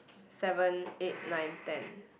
seven eight nine ten